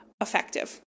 effective